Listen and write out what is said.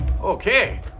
Okay